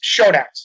showdowns